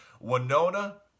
Winona